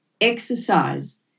exercise